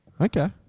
Okay